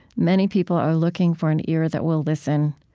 many people are looking for an ear that will listen.